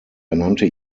ernannte